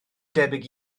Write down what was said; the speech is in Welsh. debyg